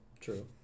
True